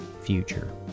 future